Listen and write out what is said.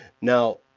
now